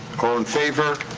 all in favor?